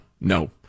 no